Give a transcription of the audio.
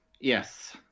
Yes